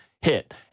hit